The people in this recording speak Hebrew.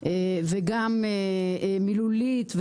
וגם מילולית,